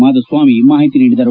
ಮಾಧುಸ್ವಾಮಿ ಮಾಹಿತಿ ನೀಡಿದರು